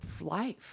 life